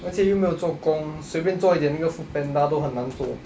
而且又没有做工随便做一点那个 foodpanda 都很难做